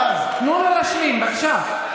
תנו לו להשלים, בבקשה.